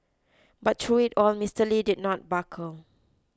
but through it all Mister Lee did not buckle